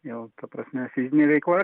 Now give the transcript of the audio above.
jau ta prasme fizinė veikla